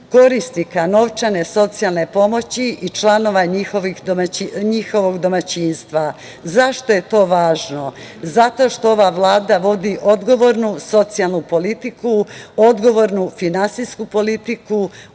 korisnika novčane socijalne pomoći i članova njihovog domaćinstva. Zašto je to važno? Zato što ova Vlada vodi odgovornu socijalnu politiku, odgovornu finansijsku politiku,